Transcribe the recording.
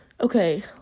Okay